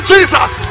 Jesus